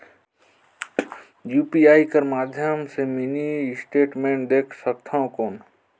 UPI कर माध्यम से मिनी स्टेटमेंट देख सकथव कौन?